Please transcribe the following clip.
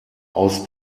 aus